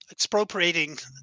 expropriating